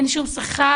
אין שום שכר?